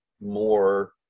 more